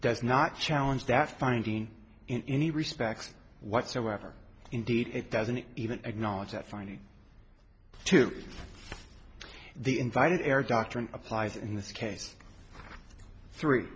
does not challenge that finding in any respects whatsoever indeed it doesn't even acknowledge that finding to the invited error doctrine applies in this case three